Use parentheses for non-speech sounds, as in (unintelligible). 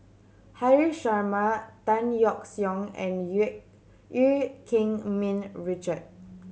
Haresh Sharma Tan Yeok Seong and (unintelligible) Keng Min Richard